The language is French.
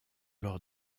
lors